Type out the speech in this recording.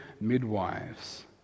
midwives